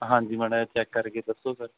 ਹਾਂਜੀ ਮਾੜਾ ਜਿਹਾ ਚੈੱਕ ਕਰਕੇ ਦੱਸੋ ਸਰ